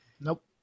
Nope